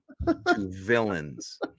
Villains